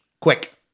quick